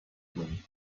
edwin